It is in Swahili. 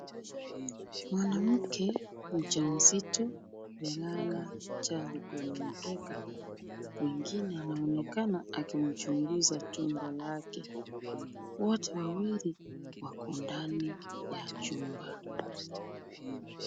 Mwanamke mjamzito amelala chali kwenye mkeka. Mwingine anaonekana akimchunguza tumbo lake. Wote wawili wako ndani ya chumba.